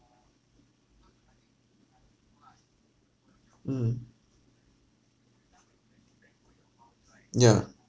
mm mm ya